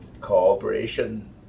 cooperation